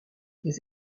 des